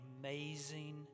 amazing